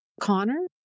Connor